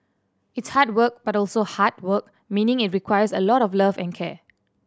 it's hard work but also heart work meaning it requires a lot of love and care